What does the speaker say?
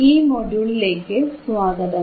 ഈ മൊഡ്യൂളിലേക്കു സ്വാഗതം